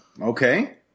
Okay